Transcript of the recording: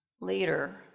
Later